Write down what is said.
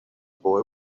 boy